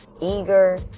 eager